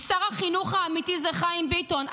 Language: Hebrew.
כי שר החינוך האמיתי הוא חיים ביטון,